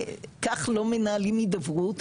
כך לא מנהלים הידברות,